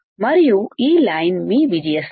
మరియు ఈ లైన్ మీ VGS1